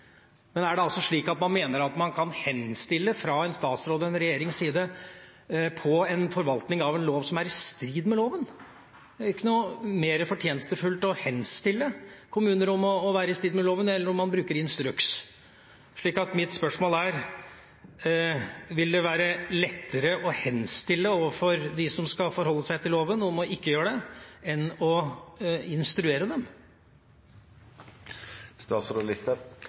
Men er det altså slik at man mener at man fra en statsråds og en regjerings side kan henstille om en forvaltning av en lov som er i strid med loven? Det er ikke noe mer fortjenstfullt å henstille til kommuner om å opptre i strid med loven, enn om man bruker instruks. Mitt spørsmål er: Vil det være lettere å henstille overfor dem som skal forholde seg til loven, om ikke å gjøre det, enn å instruere dem?